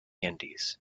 andes